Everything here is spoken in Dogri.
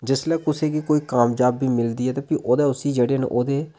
जिसलै कुसै गी कोई कामजाबी मिलदी ऐ तां फ्ही ओह्दे उसी जेह्ड़े न ओह्दे